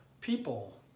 people